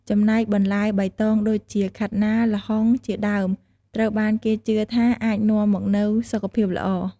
ចំណែកបន្លែបៃតងដូចជា ខាត់ណា ល្ហុង ជាដើម ត្រូវបានគេជឿថាអាចនាំមកនូវសុខភាពល្អ ។